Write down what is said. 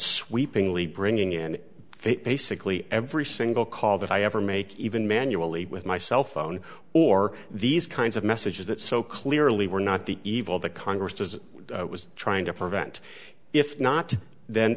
sweepingly bringing in it basically every single call that i ever make even manually with my cell phone or these kinds of messages that so clearly we're not the evil the congress is was trying to prevent if not then